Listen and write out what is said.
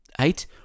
Eight